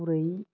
गुरै